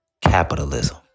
capitalism